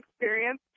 experience